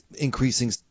increasing